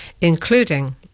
including